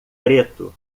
preto